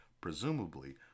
presumably